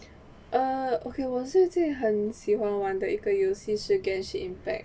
err okay 我最近很喜欢玩的一个游戏是 genshin impact